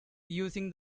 using